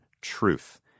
truth